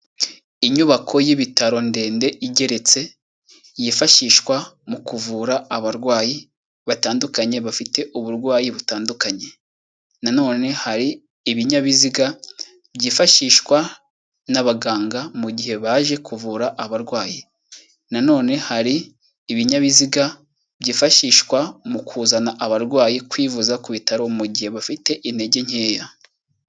Inyubako y'ibitaro ndende igeretse, yifashishwa mu kuvura abarwayi batandukanye, bafite uburwayi butandukanye. Nanone hari ibinyabiziga byifashishwa n'abaganga, mu gihe baje kuvura abarwayi. Nanone hari ibinyabiziga, byifashishwa mu kuzana abarwayi kwivuza ku bitaro mu gihe bafite intege nkeya.